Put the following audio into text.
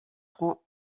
prend